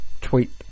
tweet